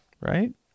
Right